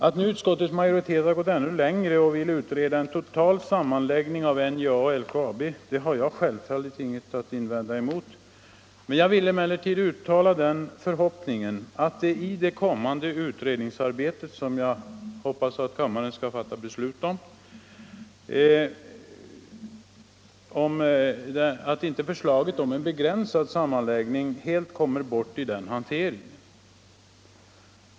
Att utskottets majoritet har gått ännu längre och vill utreda en total sammanläggning av NJA och LKAB har jag självfallet inget att invända emot, men jag vill uttala förhoppningen att förslaget om en begränsad sammanläggning inte helt glöms bort i det kommande utredningsarbetet, som jag hoppas att kammaren fattar beslut om.